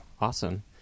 Awesome